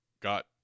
got